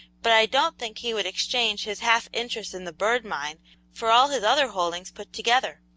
but i don't think he would exchange his half-interest in the bird mine for all his other holdings put together.